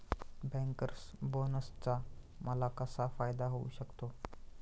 Bankers बोनसचा मला कसा फायदा होऊ शकतो?